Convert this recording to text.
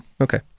okay